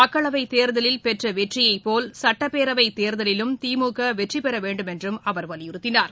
மக்களவைத் தேர்தலில் பெற்ற வெற்றியை போல் சட்டப்பேரவைத் தேர்தலிலும் திமுக வெற்றி பெற வேண்டும் என்றும் அவர் வலியுறத்தினார்